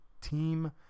team